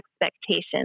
expectations